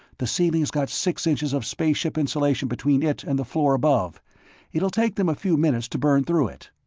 the ceiling's got six inches of spaceship-insulation between it and the floor above it'll take them a few minutes to burn through it.